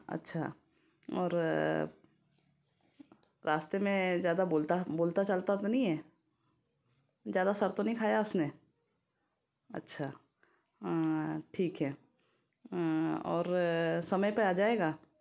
अच्छा और रास्ते में ज्यादा बोलता बोलता चालता तो नहीं है ज्यादा सर तो नहीं खाया उसने अच्छा ठीक है और समय पर आ जाएगा